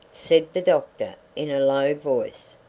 said the doctor in a low voice.